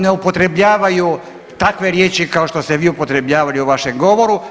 Ne upotrebljavaju takve riječi kao što ste vi upotrebljavali u vašem govoru.